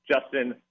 Justin